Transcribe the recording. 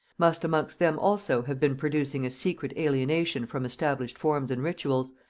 must amongst them also have been producing a secret alienation from established forms and rituals,